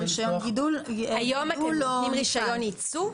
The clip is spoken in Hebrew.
היום אתם נותנים רישיון ייצוא.